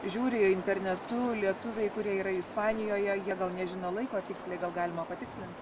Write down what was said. žiūri internetu lietuviai kurie yra ispanijoje jie gal nežino laiko tiksliai gal galima patikslint